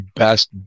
best